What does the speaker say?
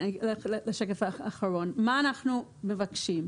מה אנחנו מבקשים?